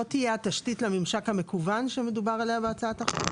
זאת תהיה התשתית לממשק המקוון שמדובר עליה בהצעת החוק?